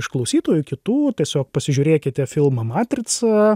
iš klausytojų kitų tiesiog pasižiūrėkite filmą matrica